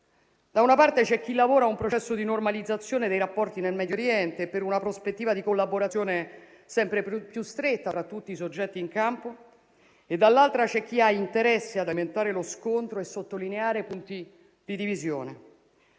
Da una parte c'è chi lavora a un processo di normalizzazione dei rapporti nel Medio Oriente e per una prospettiva di collaborazione sempre più stretta tra tutti i soggetti in campo e dall'altra c'è chi ha interesse ad alimentare lo scontro e a sottolineare punti di divisione.